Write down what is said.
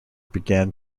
began